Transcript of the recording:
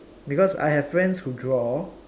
because I have friends who draw